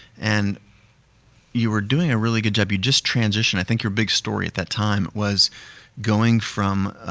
and you were doing a really good job. you'd just transitioned, i think your big story at that time, was going from,